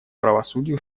правосудию